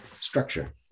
structure